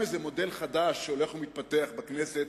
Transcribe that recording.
אולי תהיה לו בשורה לעם ישראל בבוקר הזה.